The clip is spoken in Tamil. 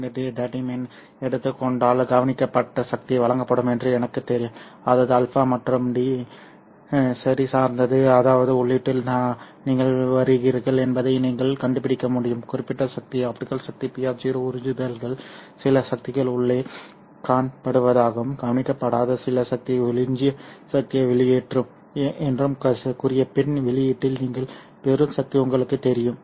மீ தடிமன் எடுத்துக் கொண்டால் கவனிக்கப்பட்ட சக்தி வழங்கப்படும் என்று எனக்குத் தெரியும் அதாவது α மற்றும் டி சரி சார்ந்தது அதாவது உள்ளீட்டில் நீங்கள் வருகிறீர்கள் என்பதை நீங்கள் கண்டுபிடிக்க முடியும் குறிப்பிட்ட சக்தி ஆப்டிகல் சக்தி P உறிஞ்சுதல்கள் சில சக்திகள் உள்ளே காணப்படுவதாகவும் கவனிக்கப்படாத சில சக்தி எஞ்சிய சக்தியை வெளியேற்றும் என்றும் கூறியபின் வெளியீட்டில் நீங்கள் பெறும் சக்தி உங்களுக்குத் தெரியும்